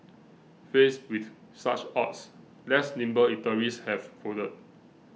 faced with such odds less nimble eateries have folded